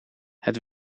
het